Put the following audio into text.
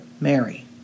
Mary